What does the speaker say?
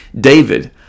David